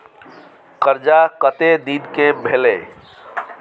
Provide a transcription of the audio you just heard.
कर्जा कत्ते दिन के भेलै?